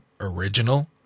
original